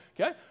Okay